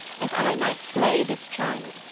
as i might slay this child,